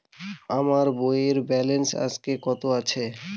আমার বইয়ের ব্যালেন্স আজকে কত আছে?